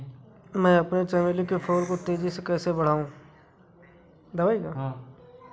मैं अपने चमेली के फूल को तेजी से कैसे बढाऊं?